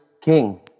King